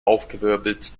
aufgewirbelt